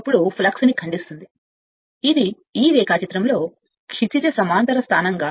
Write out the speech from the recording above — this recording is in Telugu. కాబట్టి ఇప్పుడు ఫ్లక్స్ కత్తిరించడానికి తరలించండి ఇది ఈ రేఖాచిత్రంలో క్షితిజ సమాంతర స్థానం